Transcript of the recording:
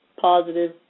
positive